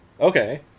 Okay